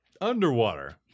underwater